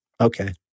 Okay